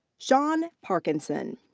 shawn parkinson.